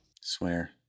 Swear